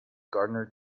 gardener